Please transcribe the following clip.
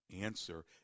answer